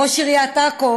ראש עיריית עכו